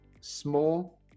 small